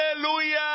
Hallelujah